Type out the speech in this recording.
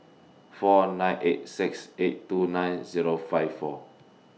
four nine eight six eight two nine Zero five four